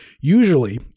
usually